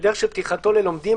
בדרך של פתיחתו ללומדים,